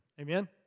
Amen